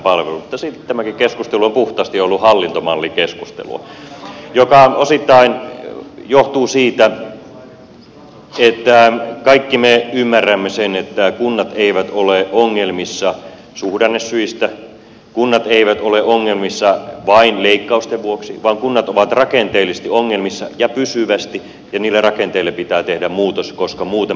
mutta silti tämäkin keskustelu on puhtaasti ollut hallintomallikeskustelua mikä osittain johtuu siitä että kaikki me ymmärrämme sen että kunnat eivät ole ongelmissa suhdannesyistä kunnat eivät ole ongelmissa vain leikkausten vuoksi vaan kunnat ovat rakenteellisesti ongelmissa ja pysyvästi ja niille rakenteille pitää tehdä muutos koska muuten palvelut eivät säily